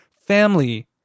family